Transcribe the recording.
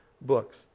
books